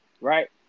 right